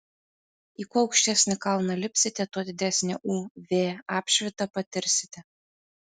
į kuo aukštesnį kalną lipsite tuo didesnę uv apšvitą patirsite